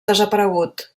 desaparegut